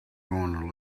going